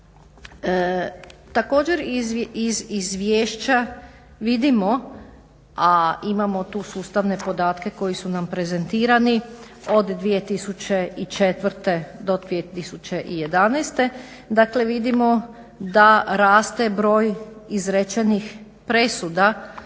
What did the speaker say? Također iz izvješća vidimo a imamo tu sustavne podatke koji su nam prezentirani od 2004.do 2011.vidimo da raste broj izrečenih presuda